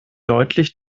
deutlich